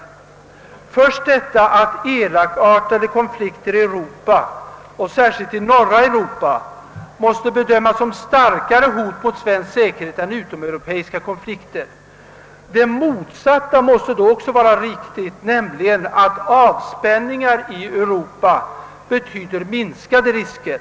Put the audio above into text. Den första är att elakartade konflikter i Europa, särskilt i norra Europa, måste betraktas som ett starkare hot mot Sveriges säkerhet än utomeuropeiska konflikter. Men då måste också avspänningar i Europa betyda minskat hot mot Sverige.